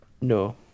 No